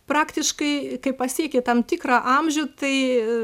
praktiškai kai pasieki tam tikrą amžių tai